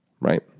Right